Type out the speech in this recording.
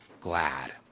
glad